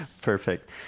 Perfect